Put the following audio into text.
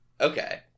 okay